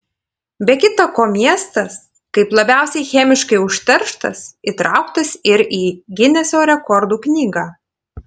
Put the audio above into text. be kitą ko miestas kaip labiausiai chemiškai užterštas įtraukas ir į gineso rekordų knygą